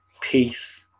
peace